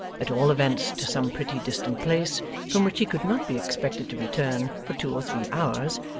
at all events to some pretty distant place from which he could not be expected to return for two or three hours,